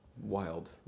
wild